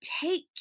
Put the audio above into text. take